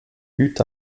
eut